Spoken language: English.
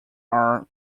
are